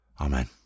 Amen